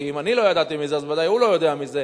כי אם אני לא ידעתי מזה אז ודאי שהוא לא יודע מזה,